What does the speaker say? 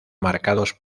marcados